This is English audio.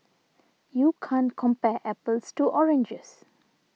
you can't compare apples to oranges